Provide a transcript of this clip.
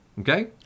Okay